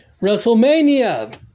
WrestleMania